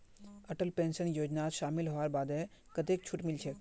Atal pension योजनात शामिल हबार बादे कतेक छूट मिलछेक